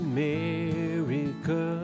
America